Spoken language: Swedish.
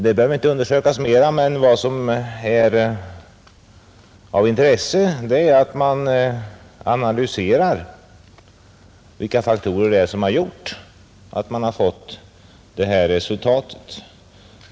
Det behöver alltså inte undersökas mera, Däremot är det av intresse att analysera vilka faktorer som har gjort att vi fått denna utveckling.